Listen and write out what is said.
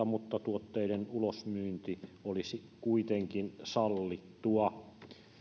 mutta tuotteiden ulosmyynti olisi kuitenkin sallittua